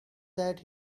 that